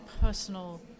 personal